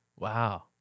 Wow